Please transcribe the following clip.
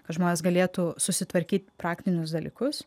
žmonės galėtų susitvarkyt praktinius dalykus